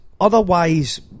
otherwise